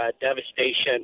devastation